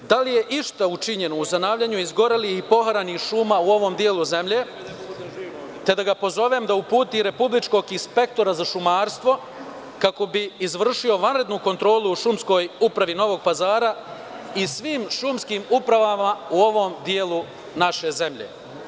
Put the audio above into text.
Da li je išta učinjeno u zanavljanju izgorelih i poharanih šuma u ovom delu zemlje, te da ga pozovem da uputi republičkog inspektora za šumarstvo kako bi izvršio vanrednu kontrolu u šumskoj upravi Novog Pazara i svim šumskim upravama u ovom delu naše zemlje?